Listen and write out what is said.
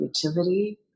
creativity